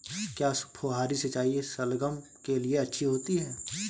क्या फुहारी सिंचाई शलगम के लिए अच्छी होती है?